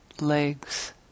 legs